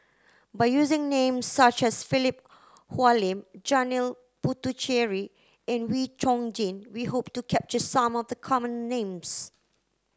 by using names such as Philip Hoalim Janil Puthucheary and Wee Chong Jin we hope to capture some of the common names